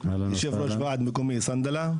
יושב ראש הוועד המקומי צנדלה.